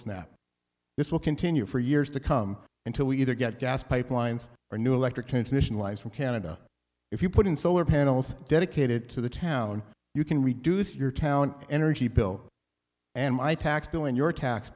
snap this will continue for years to come until we either get gas pipelines or new electric transmission lines from canada if you put in solar panels dedicated to the town you can reduce your town energy bill and my tax bill and your tax